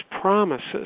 promises